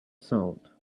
sound